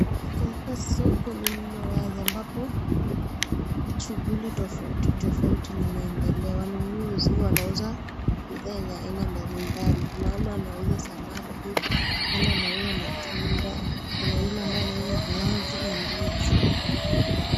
Katika soko lililo wazi ambapo shughuli tofauti tofauti unaendelea. Wanunuzi wanauza bidhaa yenye aina mbalimbali . Kuna Wale wanauza samaki, kuna Wale wanauza matunda ,kuna yule ambaye anauza viazi na ndizi.